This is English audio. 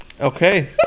Okay